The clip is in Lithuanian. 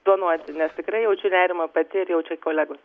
donuoti nes tikrai jaučiu nerimą pati ir jaučia kolegos